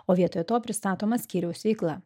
o vietoj to pristatoma skyriaus veikla